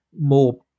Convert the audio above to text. more